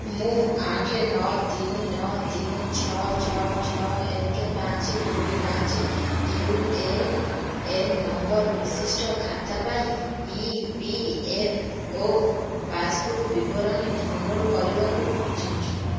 ମୁଁ ଆଠ ନଅ ତିନି ନଅ ତିନି ଛଅ ଛଅ ଛଅ ଏକ ପାଞ୍ଚ ଦୁଇ ପାଞ୍ଚ ୟୁ ଏ ଏନ୍ ନମ୍ବର୍ ବିଶିଷ୍ଟ ଖାତା ପାଇଁ E P F O passbook ବିବରଣୀ ଡାଉନଲୋଡ଼୍ କରିବାକୁ ଚାହୁଁଛି